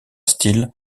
style